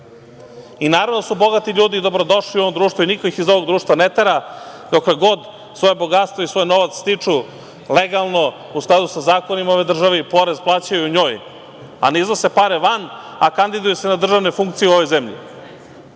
Naravno da su bogati ljudi dobrodošli u ovom društvu i niko ih iz ovog društva ne tera, dokle god svoje bogatstvo i svoj novac stiču legalno, u skladu sa zakonima u ovoj državi i porez plaćaju njoj, a ne iznose pare van, a kandiduju se na državne funkcije u ovoj zemlji.